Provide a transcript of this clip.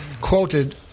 quoted